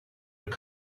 your